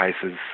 cases